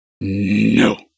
no